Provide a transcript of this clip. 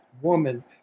woman